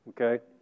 okay